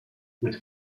with